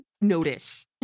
notice